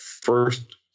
first